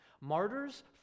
Martyrs